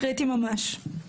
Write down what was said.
קריטיים ממש.